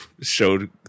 showed